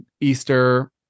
Easter